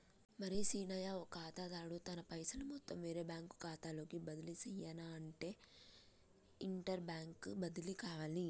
మరి సీనయ్య ఓ ఖాతాదారుడు తన పైసలను మొత్తం వేరే బ్యాంకు ఖాతాలోకి బదిలీ సెయ్యనఅంటే ఇంటర్ బ్యాంక్ బదిలి కావాలి